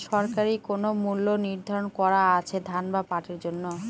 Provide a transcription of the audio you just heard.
সরকারি কোন মূল্য নিধারন করা আছে ধান বা পাটের জন্য?